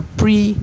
pre